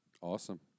Awesome